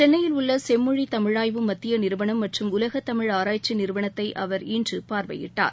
சென்னையில் உள்ள செம்மொழி தமிழாய்வு மத்திய நிறுவனம் மற்றும் உலகத் தமிழ் ஆராய்ச்சி நிறுவனத்தை அவர் இன்று பார்வையிட்டார்